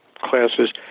classes